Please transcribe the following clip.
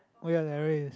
oh ya there is